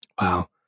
Wow